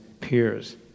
peers